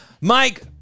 Mike